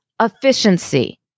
efficiency